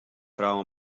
frou